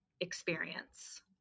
experience